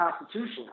Constitution